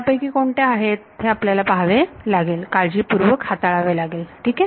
या पैकी कोणत्या आहेत हे आपल्याला पहावे लागेल काळजीपूर्वक हाताळावे लागेल ठीक आहे